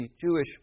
Jewish